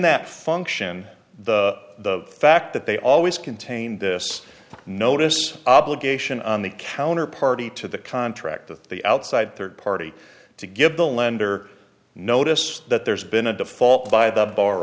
that function the fact that they always contain this notice obligation on the counter party to the contract to the outside third party to give the lender notice that there's been a default by the